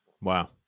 Wow